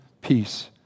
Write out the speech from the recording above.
peace